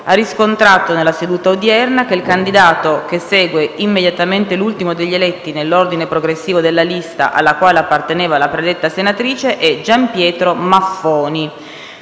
ha riscontrato, nella seduta odierna, che il candidato che segue immediatamente l'ultimo degli eletti nell'ordine progressivo della lista alla quale apparteneva la predetta senatrice è Gianpietro Maffoni.